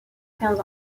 quinze